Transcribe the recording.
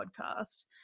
podcast